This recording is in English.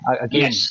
Again